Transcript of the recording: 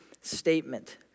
statement